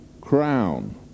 crown